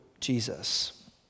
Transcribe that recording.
Jesus